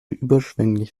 überschwänglich